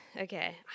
okay